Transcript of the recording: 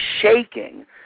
shaking